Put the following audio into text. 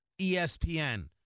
ESPN